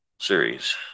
series